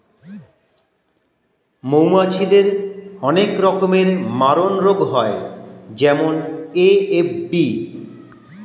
মৌমাছিদের অনেক রকমের মারণরোগ হয় যেমন এ.এফ.বি